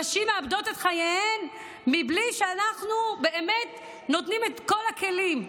נשים מאבדות את חייהן בלי שאנחנו באמת נותנים את כל הכלים,